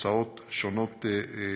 שונות לגמרי.